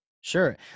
Sure